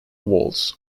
waltz